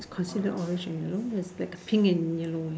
consider orange you know it's like a pink and yellow